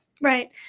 Right